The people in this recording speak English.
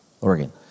Oregon